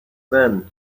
then